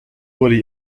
wurde